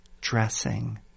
dressing